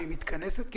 והיא מתכנסת?